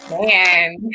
Man